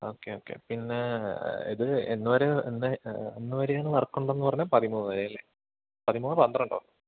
okay okay പിന്നെ ഇതിൽ എന്ന് വരെ ഇന്ന് എന്നുവരെ എന്ന് വർക്കുണ്ടെന്ന് പറഞ്ഞത് പതിമൂന്ന് വരെയല്ലേ പതിമൂന്നോ പന്ത്രണ്ടോ